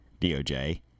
doj